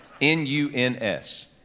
N-U-N-S